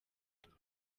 neza